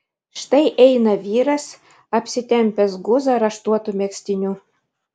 štai eina vyras apsitempęs guzą raštuotu megztiniu